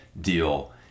deal